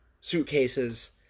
suitcases—